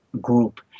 group